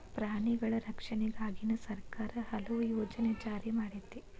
ಪ್ರಾಣಿಗಳ ರಕ್ಷಣೆಗಾಗಿನ ಸರ್ಕಾರಾ ಹಲವು ಯೋಜನೆ ಜಾರಿ ಮಾಡೆತಿ